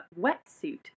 wetsuit